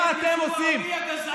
מה אתם עושים?